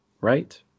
right